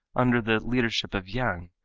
under the leadership of yang,